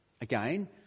Again